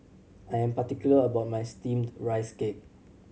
I am particular about my Steamed Rice Cake